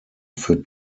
führt